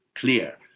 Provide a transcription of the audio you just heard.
clear